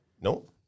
No